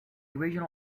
original